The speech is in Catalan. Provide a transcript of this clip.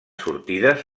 sortides